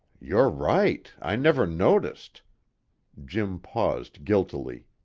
you're right i never noticed jim paused guiltily.